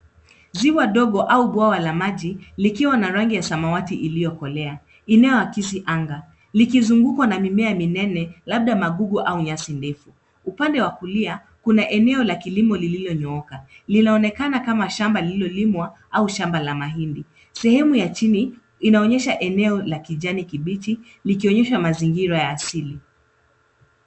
Ziwa dogo au bwawa la maji likiwa na rangi ya samawati iliyokolea inayoakisi anga. Likizungukwa na mimea minene labda magugu au nyasi ndefu. Upande wa kulia kuna eneo la kilimo lililonyooka linaonekana kama shamba lililolimwa au shamba la mahindi. Sehemu ya chini inaonyesha eneo la kijani kibichi likionyesha mazingira ya asili.